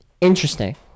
Interesting